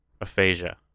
Aphasia